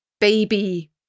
baby